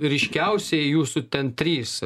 ryškiausiai jūsų ten trys